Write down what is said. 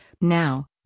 Now